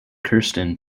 kirsten